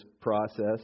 process